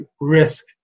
risk